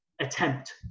attempt